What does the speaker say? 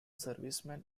servicemen